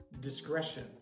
discretion